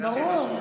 זה הכי חשוב.